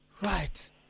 Right